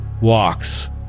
walks